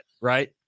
Right